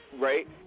Right